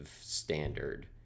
standard